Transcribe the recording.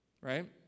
right